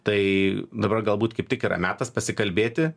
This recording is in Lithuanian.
tai dabar galbūt kaip tik yra metas pasikalbėti